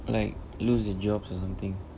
like lose a jobs or something